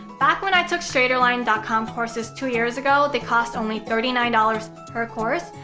back when i took straighterline dot com courses two years ago, they cost only thirty nine dollars per course,